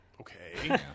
okay